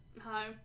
Hi